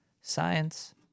science